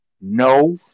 No